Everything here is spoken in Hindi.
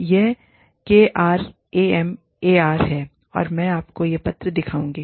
यह K R A M A R है और मैं आपको वह पत्र दिखाऊंगी